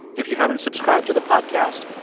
if you haven't subscribed to the podcast,